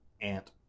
Ant